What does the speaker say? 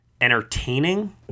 entertaining